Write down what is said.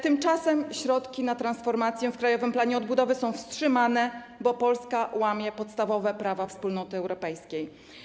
Tymczasem środki na transformację w Krajowym Planie Odbudowy są wstrzymane, bo Polska łamie podstawowe prawa Wspólnoty Europejskiej.